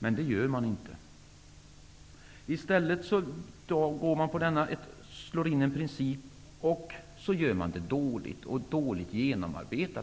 på. Det gör de inte. I stället tillämpar de en princip, och den är dåligt genomarbetad.